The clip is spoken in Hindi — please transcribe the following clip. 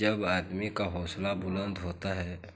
जब आदमी का हौसला बुलंद होता है